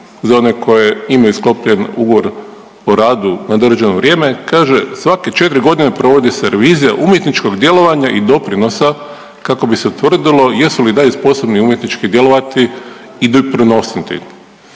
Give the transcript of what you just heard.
za one koje imaju sklopljen ugovor o radu na neodređeno vrijeme, kaže svake 4 godine provodi se revizija umjetničkog djelovanja i doprinosa kako bi se utvrdilo jesu li .../Govornik se ne razumije./... posebni